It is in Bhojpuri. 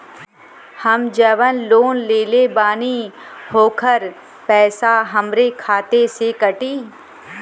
हम जवन लोन लेले बानी होकर पैसा हमरे खाते से कटी?